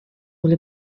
will